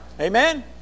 Amen